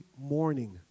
morning